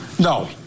No